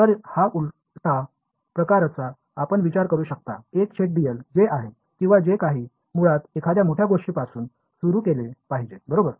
तर हा उलटा प्रकारचा आपण विचार करू शकता 1 छेद dl जे आहे किंवा जे काही मुळात एखाद्या मोठ्या गोष्टीपासून सुरू केले पाहिजे बरोबर